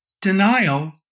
Denial